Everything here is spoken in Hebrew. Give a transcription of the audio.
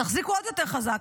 תחזיקו עוד יותר חזק,